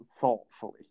thoughtfully